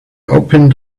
opened